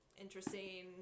interesting